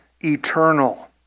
eternal